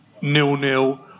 nil-nil